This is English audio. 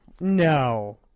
No